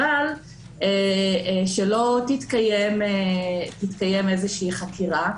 אבל שלא תתקיים איזושהי חקירה.